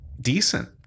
decent